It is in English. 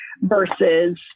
versus